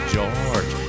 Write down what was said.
George